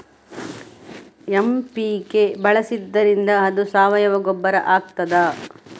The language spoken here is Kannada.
ಎಂ.ಪಿ.ಕೆ ಬಳಸಿದ್ದರಿಂದ ಅದು ಸಾವಯವ ಗೊಬ್ಬರ ಆಗ್ತದ?